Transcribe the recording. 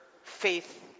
faith